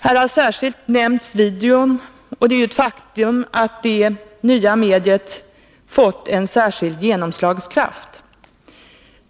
Här har särskilt videon nämnts, och det är ju ett faktum att det nya mediet fått en särskild genomslagskraft.